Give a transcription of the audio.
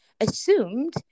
assumed